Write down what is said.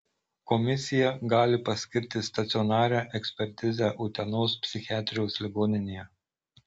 komisija gali paskirti stacionarią ekspertizę utenos psichiatrijos ligoninėje